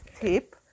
tip